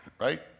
Right